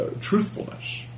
Truthfulness